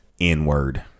N-word